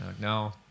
No